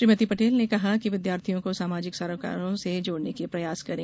श्रीमती पटेल ने कहा कि विदयार्थियों को सामाजिक सरोकारों से जोड़ने का प्रयास करें